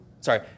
sorry